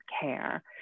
care